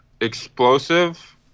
Explosive